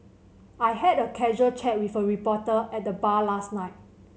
I had a casual chat with a reporter at the bar last night